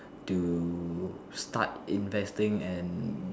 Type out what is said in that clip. to start investing and